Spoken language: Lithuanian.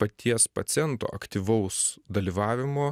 paties paciento aktyvaus dalyvavimo